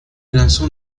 lanzó